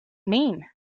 mean